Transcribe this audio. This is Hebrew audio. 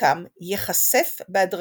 ויקהם ייחשף בהדרגתיות,